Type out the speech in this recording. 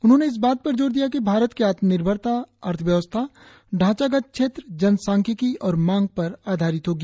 उन्होंने इस बात पर ज़ोर दिया कि भारत की आत्मनिर्भरता अर्थव्यवस्था ढांचागत क्षेत्र जनसांख्यिकी और मांग पर आधारित होगी